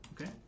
Okay